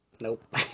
nope